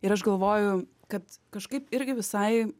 ir aš galvoju kad kažkaip irgi visai